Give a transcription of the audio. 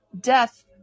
Death